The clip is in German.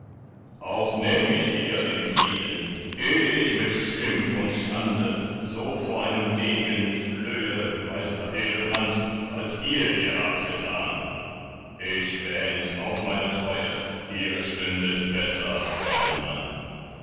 auch nähm ich eh den frieden sprach hagen entgegen eh ich mit schimpf und schande so vor einem degen flöhe meister hildebrand als ihr hier habt getan ich wähnt auf meine treue ihr stündet besser euern mann